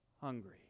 hungry